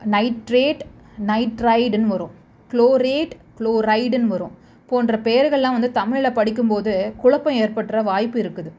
nitrate நைட்ரைடுன்னு வரும் chlorate க்ளோரைடுன்னு வரும் போன்ற பேயருகள்லாம் வந்து தமிழில் படிக்கும் போது குழப்பம் ஏற்படுற வாய்ப்பு இருக்குது